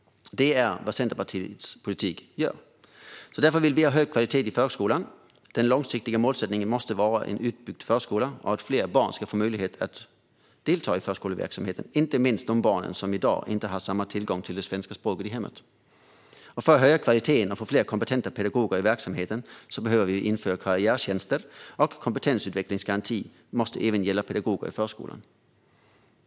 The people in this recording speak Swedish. Det är vad Centerpartiets politik gör. Därför vill vi ha hög kvalitet i förskolan. Den långsiktiga målsättningen måste vara en utbyggd förskola och att fler barn ska få möjlighet att delta i förskoleverksamheten, inte minst de barn som i dag inte har samma tillgång till det svenska språket i hemmet. För att höja kvaliteten och få fler kompetenta pedagoger i verksamheten behöver vi införa karriärtjänster, och kompetensutvecklingsgarantin måste även gälla pedagoger i förskolan.